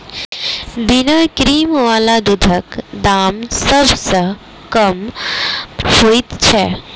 बिना क्रीम बला दूधक दाम सभ सॅ कम होइत छै